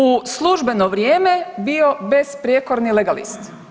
U službeno vrijeme bio bez prijekorni legalist.